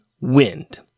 Wind